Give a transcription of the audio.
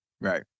Right